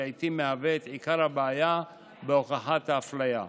שלעיתים מהווה את עיקר הבעיה בהוכחת האפליה.